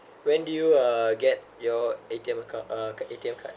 when did you uh get your A_T_M card uh A_T_M card